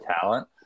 talent